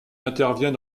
intervient